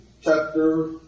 chapter